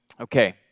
Okay